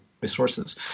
resources